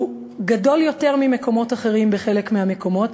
הוא גדול יותר מאשר במקומות אחרים, בחלק מהמקומות.